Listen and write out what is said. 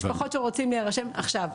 משפחות שרוצים להירשם עכשיו.